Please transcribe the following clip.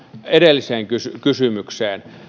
edelliseen kysymykseen